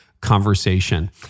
conversation